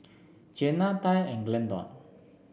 Jeanna Tye and Glendon